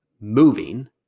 moving